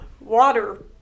Water